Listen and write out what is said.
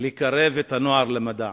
לקרב את הנוער למדע,